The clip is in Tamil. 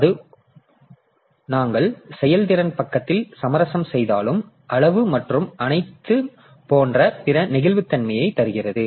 அது வழங்கும் நன்மை எனவே நாங்கள் செயல்திறன் பக்கத்தில் சமரசம் செய்தாலும் அளவு மற்றும் அனைத்தும் போன்ற பிற நெகிழ்வுத்தன்மையை தருகிறது